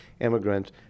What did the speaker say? immigrants